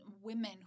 women